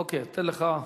אוקיי, אתן לך.